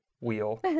wheel